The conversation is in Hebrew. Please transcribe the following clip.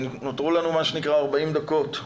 נותרו לנו 40 דקות.